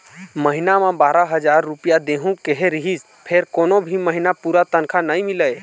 महिना म बारा हजार रूपिया देहूं केहे रिहिस फेर कोनो भी महिना पूरा तनखा नइ मिलय